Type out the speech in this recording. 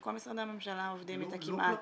שכל משרדי הממשלה עובדים איתה כמעט.